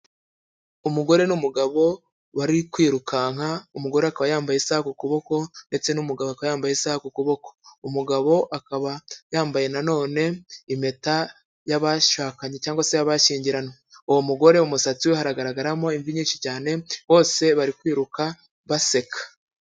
Umugore n'umugabo bari kwirukanka, umugore akaba yambaye isaha ku kuboko ndetse n'umugabo akaba yambaye isaha ku kuboko, umugabo akaba yambaye na none impeta y'abashakanye cyangwa se y'abashyingiranywe, uwo mugore umusatsi we hagaragaramo imvi nyinshi cyane, bose bari kwiruka baseka.